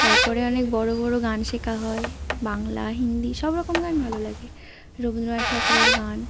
তারপরে অনেক বড়ো বড়ো গান শেখা হয় বাংলা হিন্দি সব রকম গান ভালো লাগে রবীন্দ্রনাথ ঠাকুরের গান